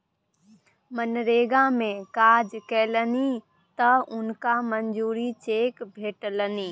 मनरेगा मे काज केलनि तँ हुनका मजूरीक चेक भेटलनि